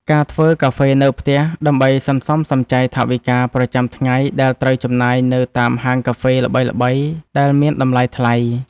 ការធ្វើកាហ្វេនៅផ្ទះដើម្បីសន្សំសំចៃថវិកាប្រចាំថ្ងៃដែលត្រូវចំណាយនៅតាមហាងកាហ្វេល្បីៗដែលមានតម្លៃថ្លៃ។